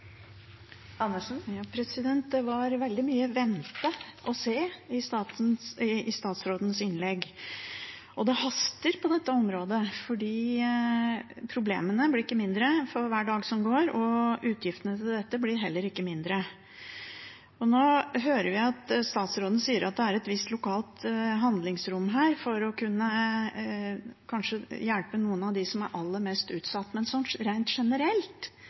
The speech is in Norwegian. Det var veldig mye vente-og-se i statsrådens innlegg. Det haster på dette området, for problemene blir ikke mindre for hver dag som går, og utgiftene til dette blir heller ikke mindre. Nå hører vi at statsråden sier at det er et visst lokalt handlingsrom her for kanskje å kunne hjelpe noen av dem som er aller mest utsatt, men sånn rent generelt